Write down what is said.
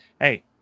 hey